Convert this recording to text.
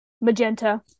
magenta